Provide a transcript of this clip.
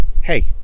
Hey